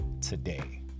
today